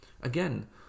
Again